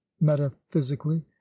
metaphysically